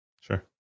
Sure